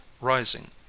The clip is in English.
rising